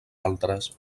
altres